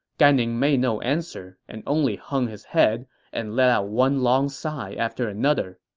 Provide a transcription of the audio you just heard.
gan ning made no answer and only hung his head and let out one long sigh after another